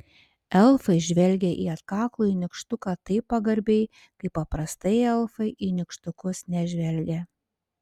elfai žvelgė į atkaklųjį nykštuką taip pagarbiai kaip paprastai elfai į nykštukus nežvelgia